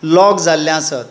lock जाल्लें आसत